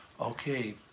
Okay